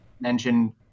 Mention